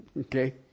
Okay